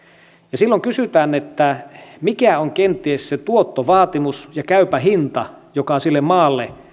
ja silloin kysytään että mikä on kenties se tuottovaatimus ja käypä hinta joka sille maalle